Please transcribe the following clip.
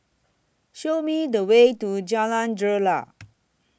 Show Me The Way to Jalan Greja